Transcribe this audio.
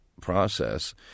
process